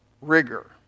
rigor